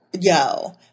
yo